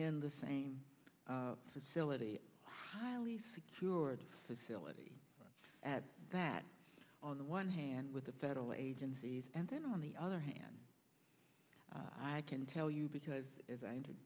in the same facility highly secured facility at that on the one hand with the federal agencies and then on the other hand i can tell you because as i